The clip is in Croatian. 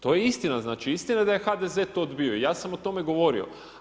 To je istina, znači istina je da je HDZ to odbio i ja sam o tome govorio.